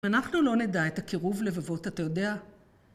אנחנו לא נדע את הקירוב לבבות אתה יודע.